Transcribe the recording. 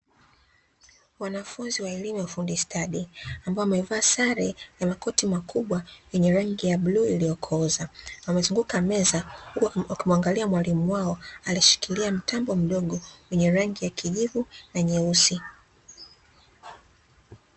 Wanafunzi wa elimu ya ufundi stadi ambao wamevaa sare ya makoti makubwa yenye rangi ya bluu iliyokooza, wamezunguka meza wakimwangalia mwalimu wao aliyeshikilia mtambo mdogo wenye rangi ya kijivu na nyeusi.